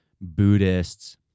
Buddhists